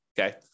Okay